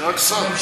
אני רק שם.